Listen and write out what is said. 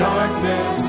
Darkness